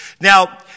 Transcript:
Now